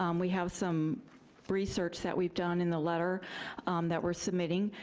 um we have some research that we've done in the letter that we're submitting,